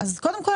קודם כל,